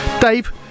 Dave